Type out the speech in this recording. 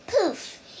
poof